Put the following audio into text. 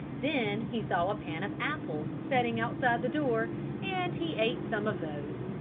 then he saw a pan of apples setting outside the door and he ate some of those.